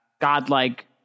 godlike